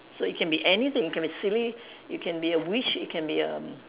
so it can be anything it can be silly it can be a wish it can be erm